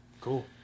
cool